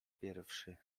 pierwszy